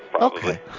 Okay